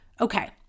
Okay